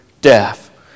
death